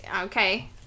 Okay